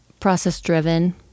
Process-driven